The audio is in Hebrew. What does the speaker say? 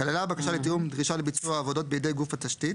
כללה הבקשה לתיאום דרישה לביצוע עבודות בידי גוף התשתית,